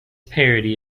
parody